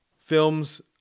films